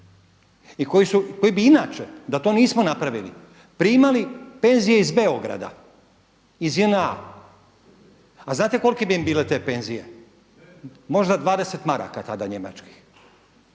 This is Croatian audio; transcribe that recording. i koji bi inače da to nismo napravili primali penzije iz Beograda, iz JNA. A znate kolike bi im bile te penzije? Možda 20 maraka tada njemačkih.